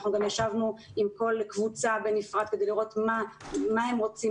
אנחנו גם ישבנו עם כל קבוצה בנפרד כדי לראות מה הם רוצים,